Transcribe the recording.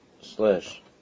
slash